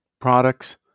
products